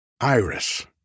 Iris